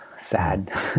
sad